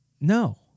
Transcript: No